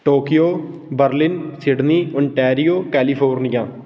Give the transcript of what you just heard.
Tokyo Berlin Sydney Ontario California